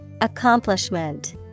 Accomplishment